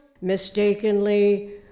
mistakenly